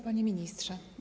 Panie Ministrze!